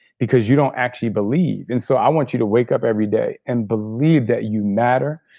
because you don't actually believe and so i want you to wake up every day, and believe that you matter,